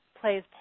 plays